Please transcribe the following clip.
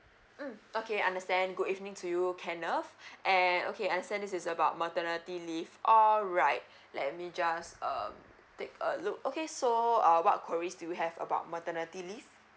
mm okay understand good evening to you kenneth and okay I understand this is about maternity leave all right let me just um take a look okay so uh what queries do you have about maternity leave